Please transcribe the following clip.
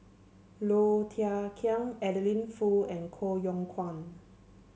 Low Thia Khiang Adeline Foo and Koh Yong Guan